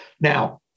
Now